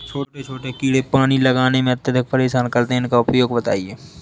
छोटे छोटे कीड़े पानी लगाने में अत्याधिक परेशान करते हैं इनका उपाय बताएं?